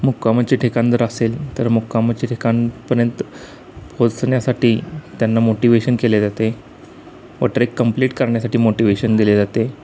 मुक्कामाचे ठिकाण जर असेल तर मुक्कामाचे ठिकाणापर्यंत पोचण्यासाठी त्यांना मोटिवेशन केले जाते व ट्रेक कंप्लीट करण्यासाठी मोटिवेशन दिले जाते